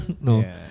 No